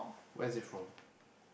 where is it from